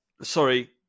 sorry